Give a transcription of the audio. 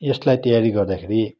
यसलाई तयारी गर्दाखेरि